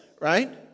right